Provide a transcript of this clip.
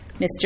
Mr